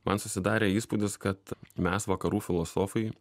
man susidarė įspūdis kad mes vakarų filosofai